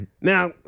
now